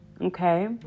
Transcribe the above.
okay